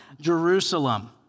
Jerusalem